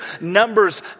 Numbers